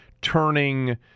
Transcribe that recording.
turning